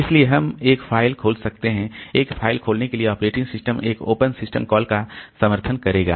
इसलिए हम एक फ़ाइल खोल सकते हैं एक फ़ाइल खोलने के लिए ऑपरेटिंग सिस्टम एक ओपन सिस्टम कॉल का समर्थन करेगा